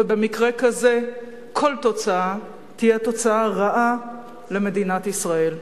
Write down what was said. במקרה כזה כל תוצאה תהיה תוצאה רעה למדינת ישראל,